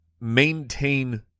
maintain